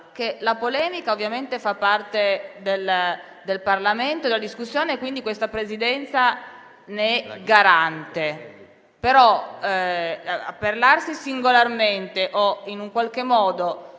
la polemica, ovviamente, fa parte del Parlamento e della discussione, quindi questa Presidenza ne è garante. Parlarsi però singolarmente o, in un qualche modo,